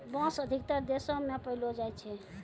बांस अधिकतर देशो म पयलो जाय छै